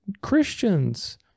Christians